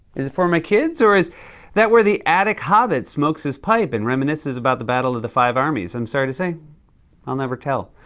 is it for my kids, or is that where the attic hobbit smokes his pipe and reminisces about the battle of the five armies? i'm sorry to say i'll never tell.